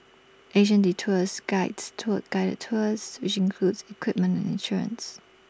Asian Detours Guides tour guided tours which includes equipment and insurance